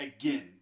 Again